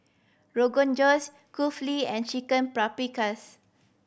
Rogan Josh Kulfi and Chicken Paprikas